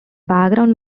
background